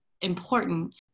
important